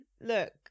look